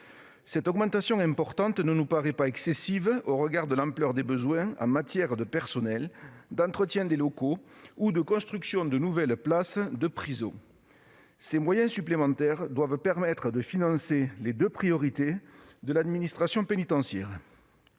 Cette augmentation importante ne nous paraît pas excessive au regard de l'ampleur des besoins en matière de personnel, d'entretien des locaux et de construction de nouvelles places de prison. Ces moyens supplémentaires doivent permettre de financer les deux priorités de l'administration pénitentiaire